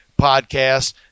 podcast